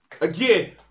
Again